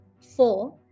four